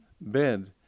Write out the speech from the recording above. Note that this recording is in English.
bed